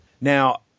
Now